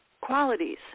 qualities